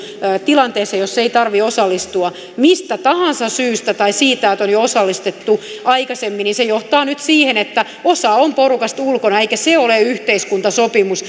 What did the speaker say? tilanteessa jossa ei tarvitse osallistua mistä tahansa syystä tai siitä syystä että on jo osallistuttu aikaisemmin niin se johtaa nyt siihen että osa porukasta on ulkona eikä se ole yhteiskuntasopimus